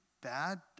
bad